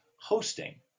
hosting